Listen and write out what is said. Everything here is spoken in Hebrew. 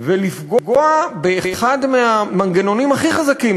ולפגוע באחד מהמנגנונים הכי חזקים